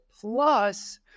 plus